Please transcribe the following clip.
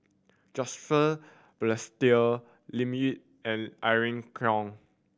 Joseph Balestier Lim Yau and Irene Khong